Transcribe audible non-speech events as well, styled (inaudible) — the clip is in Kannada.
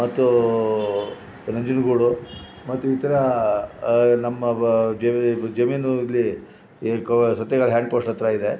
ಮತ್ತು ನಂಜನಗೂಡು ಮತ್ತು ಇತರ ನಮ್ಮ ಬಾ ಜಮೀನು ಇಲ್ಲಿ (unintelligible) ಸತ್ಯಗಳು ಹ್ಯಾಂಡ್ ಪೋಸ್ಟ್ ಹತ್ರ ಇದೆ